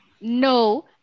No